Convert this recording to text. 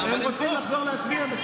הם רוצים לחזור להצביע.